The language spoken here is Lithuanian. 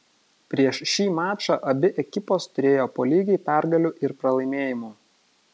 prieš šį mačą abi ekipos turėjo po lygiai pergalių ir pralaimėjimų